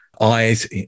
eyes